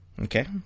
Okay